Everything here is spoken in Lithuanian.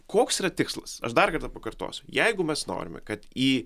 koks yra tikslas aš dar kartą pakartosiu jeigu mes norime kad į